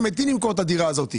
שמתים למכור את הדירה הזו.